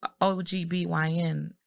OGBYN